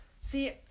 See